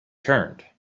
turned